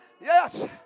yes